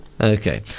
Okay